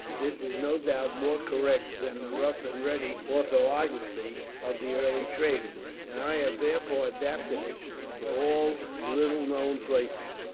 this is no doubt more correct than the rough-and-ready orthography of the early traders, and i have therefore adopted it for all little-known places.